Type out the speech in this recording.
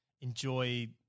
enjoy